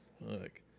Look